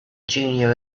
junior